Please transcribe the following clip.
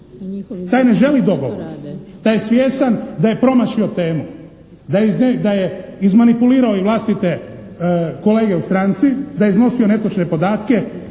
Taj ne želi dogovor, taj je svjestan da je promašio temu, da je izmanipulirao i vlastite kolege u stranci, da je iznosio netočne podatke